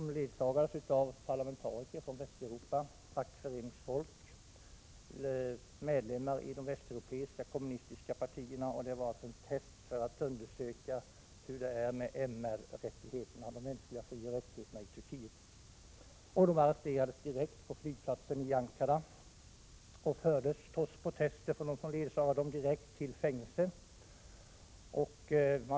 De beledsagades av parlamentariker från Västeuropa, fackföreningsfolk och medlemmar i de västeuropeiska kommunistiska partierna. Det hela var ett test för att undersöka hur det var med de mänskliga frioch rättigheterna i Turkiet. De arresterades direkt på flygplatsen i Ankara och fördes, trots protester från beledsagarna, till fängelse.